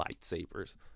lightsabers